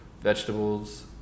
vegetables